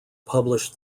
published